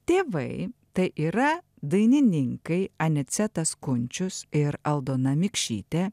tėvai tai yra dainininkai anicetas kunčius ir aldona mikšytė